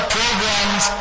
programs